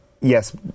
Yes